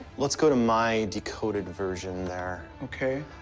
let's go to my decoded version there. okay.